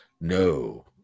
No